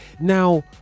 now